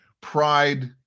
Pride